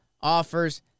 offers